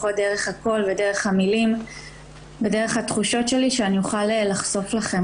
לפחות דרך הקול ודרך המילים ודרך התחושות שאני אוכל לחשוף לכם.